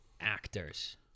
Actors